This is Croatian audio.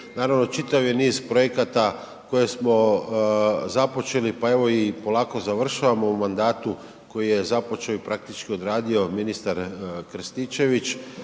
naravno, čitav je niz projekata koje smo započeli pa evo i polako završavamo mandatu koji je započeo praktički odradio ministar Krstičević.